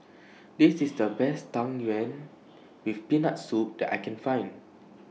This IS The Best Tang Yuen with Peanut Soup that I Can Find